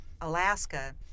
Alaska